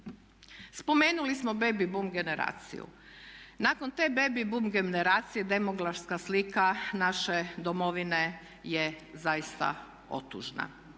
Spomenuli smo baby bum generaciju. Nakon te baby bum generacije demografska slika naše Domovine je zaista otužna.